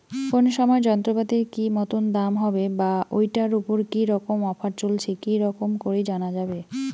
কোন সময় যন্ত্রপাতির কি মতন দাম হবে বা ঐটার উপর কি রকম অফার চলছে কি রকম করি জানা যাবে?